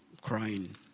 crying